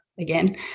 again